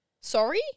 Sorry